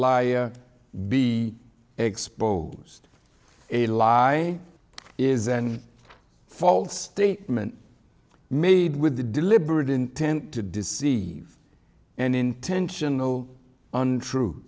lie be exposed a lie is a false statement made with the deliberate intent to deceive and intentional untrue